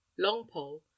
Longpole